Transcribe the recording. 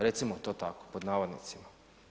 Recimo, to tako, pod navodnicima.